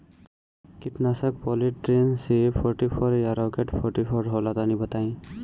कीटनाशक Polytrin C forty four या Rocket forty four होला तनि बताई?